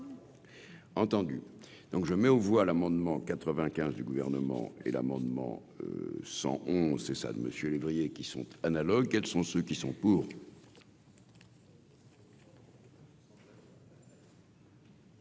Entendu donc je mets aux voix l'amendement 95 du gouvernement et l'amendement 100 on ça ne monsieur lévrier qui sont analogues, quels sont ceux qui sont pour.